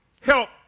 help